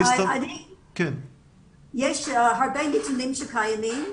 יש לי הרבה נתונים.